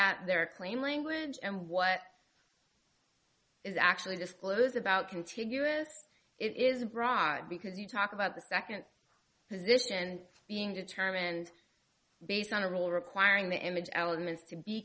at their claim language and what is actually disclosed about continuous it is a bra because you talk about the second position being determined based on a rule requiring the image elements to be